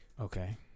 okay